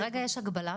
כרגע יש הגבלה,